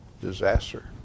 disaster